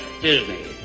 Disney